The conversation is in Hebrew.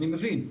אני מבין,